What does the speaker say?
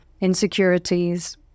insecurities